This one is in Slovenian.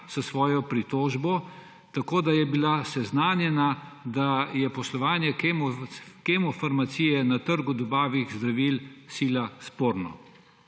s svojo pritožbo, tako da je bil seznanjen, da je poslovanje Kemofarmacije na trgu dobave zdravil sila sporno.